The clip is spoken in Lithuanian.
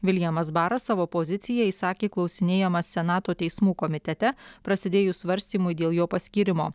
viljamas baras savo poziciją išsakė klausinėjamas senato teismų komitete prasidėjus svarstymui dėl jo paskyrimo